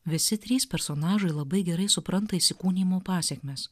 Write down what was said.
visi trys personažai labai gerai supranta įsikūnijimo pasekmes